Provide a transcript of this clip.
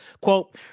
Quote